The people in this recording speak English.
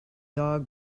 dog